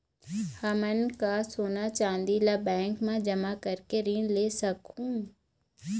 हमन का सोना चांदी ला बैंक मा जमा करके ऋण ले सकहूं?